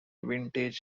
vintage